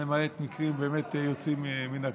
למעט מקרים יוצאים מן הכלל.